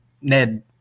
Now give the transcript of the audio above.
Ned